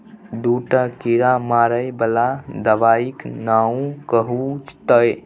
दूटा कीड़ा मारय बला दबाइक नाओ कहू तए